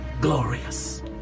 Glorious